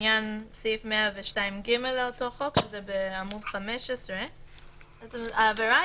בעניין סעיף 102(ג) לאותו חוק בעמוד 15. העבירה